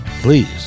Please